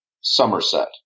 Somerset